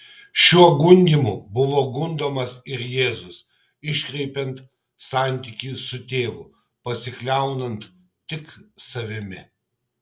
šiuo gundymu buvo gundomas ir jėzus iškreipiant santykį su tėvu pasikliaunant tik savimi